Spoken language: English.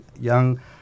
young